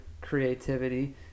creativity